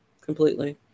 completely